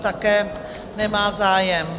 Také nemá zájem.